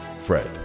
Fred